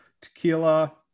tequila